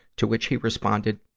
to which, he responded,